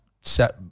set